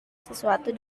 sesuatu